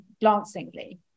glancingly